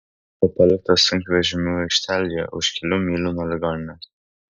buvo paliktas sunkvežimių aikštelėje už kelių mylių nuo ligoninės